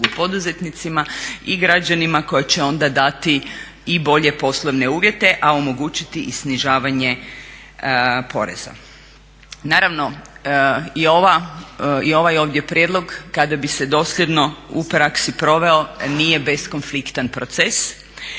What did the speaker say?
poduzetnicima i građanima koji će onda dati i bolje poslovne uvjete, a omogućiti i snižavanje poreza. Naravno i ovaj ovdje prijedlog kada bi se dosljedno u praksi proveo nije beskonfliktan proces.